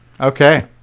Okay